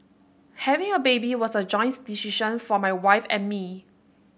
having a baby was a joint decision for my wife and me